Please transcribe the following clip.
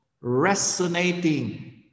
resonating